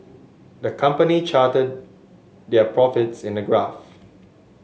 the company charted their profits in a graph